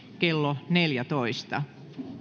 kello neljätoista